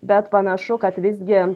bet panašu kad visgi